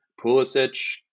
Pulisic